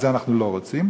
ואת זה אנחנו לא רוצים,